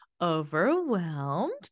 overwhelmed